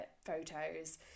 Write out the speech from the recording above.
photos